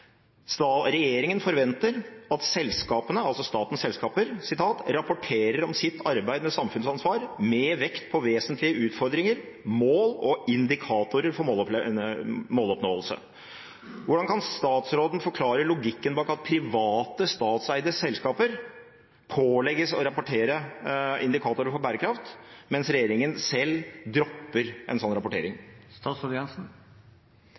Regjeringen forventer at selskapene – altså statens selskaper – «rapporterer om sitt arbeid med samfunnsansvar, med vekt på vesentlige utfordringer, mål og indikatorer for måloppnåelse». Hvordan kan statsråden forklare logikken bak at private, statseide selskaper pålegges å rapportere indikatorer for bærekraft, mens regjeringen selv dropper en sånn